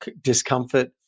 discomfort